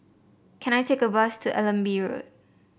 can I take a bus to Allenby Road